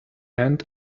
end